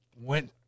Went